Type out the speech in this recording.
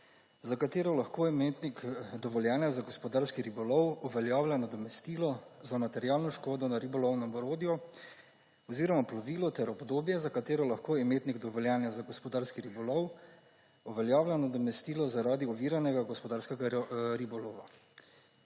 za katero lahko imetnik dovoljenje za gospodarski ribolov uveljavlja nadomestilo za materialno škodo na ribolovnem orodju oziroma plovilu, ter obdobje, za katero lahko imetnik dovoljenja za gospodarski ribolov uveljavlja nadomestilo zaradi oviranega gospodarskega ribolova.